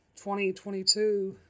2022